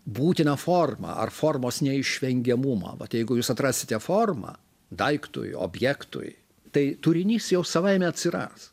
būtiną formą ar formos neišvengiamumą vat jeigu jūs atrasite formą daiktui objektui tai turinys jau savaime atsiras